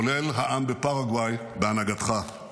כולל העם בפרגוואי, בהנהגתך.